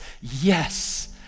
Yes